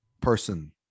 person